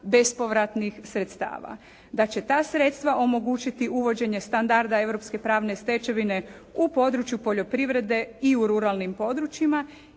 bespovratnih sredstava, da će ta sredstva omogućiti uvođenje standarda europske pravne stečevine u području poljoprivrede i ruralnim područjima